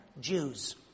Jews